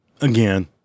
Again